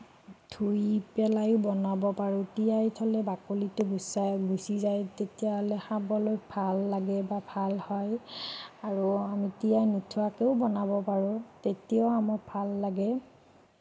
ধুই পেলাইও বনাব পাৰোঁ তিয়াই থ'লে বাকলিটো গুচি যায় তেতিয়াহ'লে খাবলৈ ভাল লাগে বা ভাল হয় আৰু তিয়াই নোথোৱাকেও বনাব পাৰোঁ তেতিয়াও মোৰ ভাল লাগে